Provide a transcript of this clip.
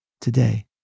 Today